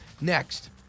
Next